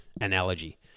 analogy